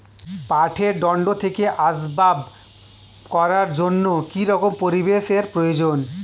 পাটের দণ্ড থেকে আসবাব করার জন্য কি রকম পরিবেশ এর প্রয়োজন?